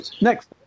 Next